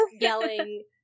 yelling